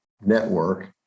network